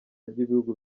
ry’ibihugu